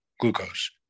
glucose